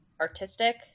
artistic